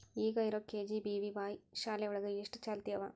ಈಗ ಇರೋ ಕೆ.ಜಿ.ಬಿ.ವಿ.ವಾಯ್ ಶಾಲೆ ಒಳಗ ಎಷ್ಟ ಚಾಲ್ತಿ ಅವ?